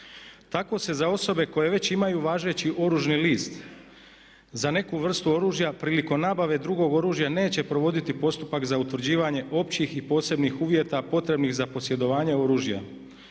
Tako se za osobe koje već imaju važeći oružni list za neku vrstu oružja prilikom nabave drugog oružja neće provoditi postupak za utvrđivanje općih i posebnih uvjeta potrebnih za posjedovanje oružja